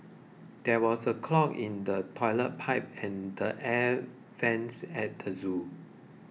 there was a clog in the Toilet Pipe and the Air Vents at the zoo